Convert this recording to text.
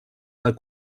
del